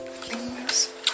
Please